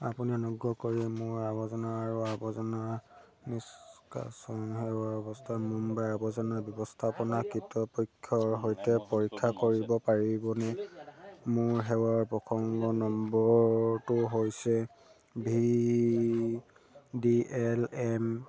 আপুনি অনুগ্ৰহ কৰি মোৰ আৱৰ্জনা আৰু আৱৰ্জনা নিষ্কাশন সেৱাৰ অৱস্থা মুম্বাই আৱৰ্জনা ব্যৱস্থাপনা কৰ্তৃপক্ষৰ সৈতে পৰীক্ষা কৰিব পাৰিবনে মোৰ সেৱাৰ প্ৰসংগ নম্বৰটো হৈছে ভি ডি এল এম